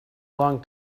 long